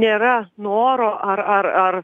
nėra noro ar ar ar